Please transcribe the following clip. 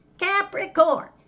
Capricorn